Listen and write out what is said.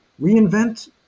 reinvent